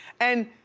and